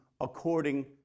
according